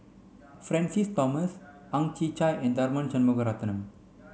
Francis Thomas Ang Chwee Chai and Tharman Shanmugaratnam